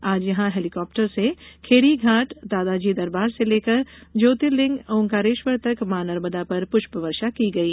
आज यहां हेलिकाप्टर से खेड़ी घांट दादाजी दरबार से लेकर ज्योतिर्लिंग ओंकारेश्वर तक मां नर्मदा पर पुष्प वर्षा की गई